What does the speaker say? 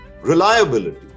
reliability